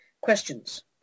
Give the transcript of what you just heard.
Questions